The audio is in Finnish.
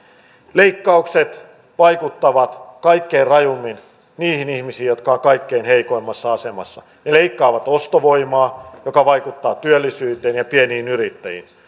leikkaukset vaikuttavat kaikkein rajuimmin niihin ihmisiin jotka ovat kaikkein heikoimmassa asemassa ne leikkaavat ostovoimaa joka vaikuttaa työllisyyteen ja pieniin yrittäjiin